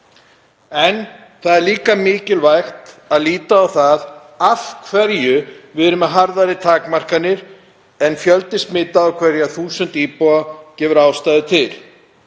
Það er líka mikilvægt að líta á það af hverju við erum með harðari takmarkanir en fjöldi smita á hverja 1.000 íbúa gefur ástæðu til.